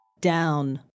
Down